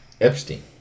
Epstein